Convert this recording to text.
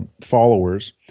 followers